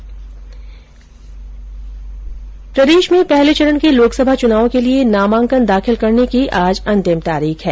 इधर प्रदेश में पहले चरण के लोकसभा चुनाव के लिये नामांकन दाखिल करने की आज अंतिम तारीख है